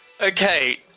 Okay